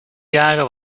jaren